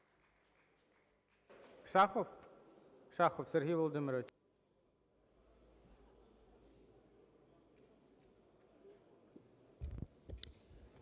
Шахов Сергій Володимирович.